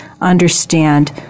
understand